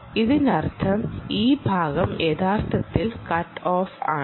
ഇതിനർത്ഥം ഈ ഭാഗം യഥാർത്ഥത്തിൽ കട്ട് ഓഫ് ആണ്